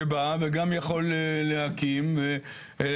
שבא וגם יכול להקים ולחדש,